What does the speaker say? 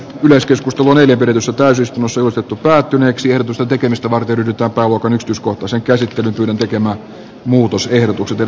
yleistys tuolit yritys ottaisi osoitettu päättyneeksi ehdotusta tekemistä varten yrittää paluuta nyt uskon vasen käsi kylpylän tekemä muutosehdotuksen